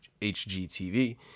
HGTV